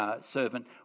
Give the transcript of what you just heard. servant